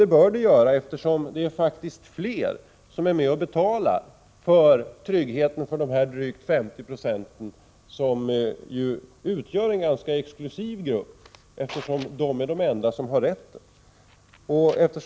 Det bör det göra, eftersom det faktiskt är fler som är med och betalar för tryggheten för dessa drygt 50 96, som ju utgör en ganska exklusiv grupp, eftersom de är de enda som har denna rätt.